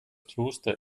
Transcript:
kloster